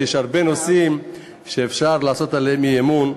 יש הרבה נושאים שאפשר להביע עליהם אי-אמון,